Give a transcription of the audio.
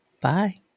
Bye